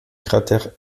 cratère